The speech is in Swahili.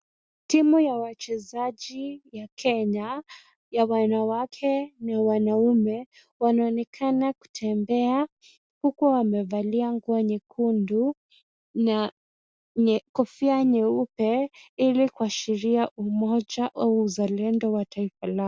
Timu ya wachezaji wa Kenya ya wanawake na wanaume wanaonekana kutembea huku wamevalia nguo nyekundu na kofia nyeupe ili kuashiria umoja au uzalendo wa taifa lao.